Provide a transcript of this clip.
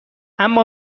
اما